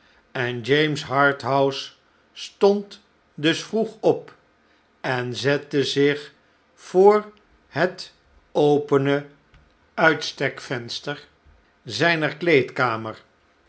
en james harthouse stond dus vroeg op en zette zich voor het opene uitstekvenster zijner kleedkamer